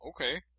okay